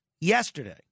yesterday